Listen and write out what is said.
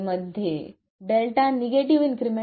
मध्ये delta negative increment